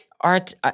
art